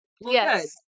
Yes